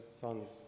sons